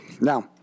Now